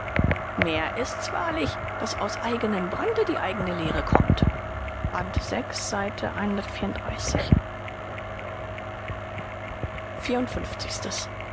mehr ist's wahrlich daß aus eignem brande die eigne lehre kommt vi